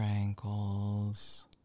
ankles